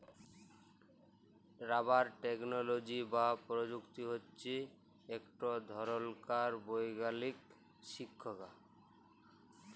rubber technology বা পরযুক্তি হছে ইকট ধরলকার বৈগ্যালিক শিখ্খা